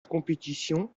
compétition